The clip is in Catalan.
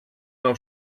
nou